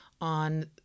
on